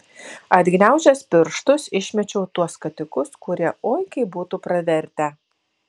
atgniaužęs pirštus išmečiau tuos skatikus kurie oi kaip būtų pravertę